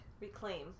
Reclaim